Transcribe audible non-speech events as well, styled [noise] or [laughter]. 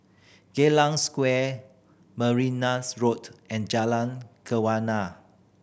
Geylang Square [unintelligible] Road and Jalan [unintelligible]